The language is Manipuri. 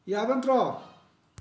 ꯌꯥꯕ ꯅꯠꯇ꯭ꯔꯣ